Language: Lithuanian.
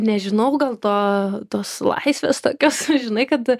nežinau gal to tos laisvės tokios sužinai kad